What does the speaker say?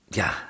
ja